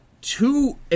two